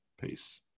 Peace